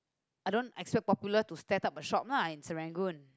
I don't expect popular to set up a shop lah in Serangoon